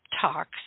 talks